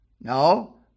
No